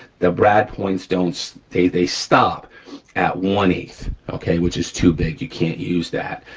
the brad points don't, they they stop at one-eighth, okay, which is too big, you can't use that.